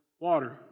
water